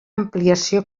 ampliació